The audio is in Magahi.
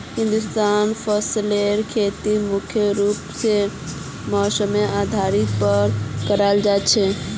हिंदुस्तानत फसलेर खेती मुख्य रूप से मौसमेर आधारेर पर कराल जा छे